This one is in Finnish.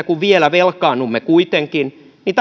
kun vielä velkaannumme kuitenkin niin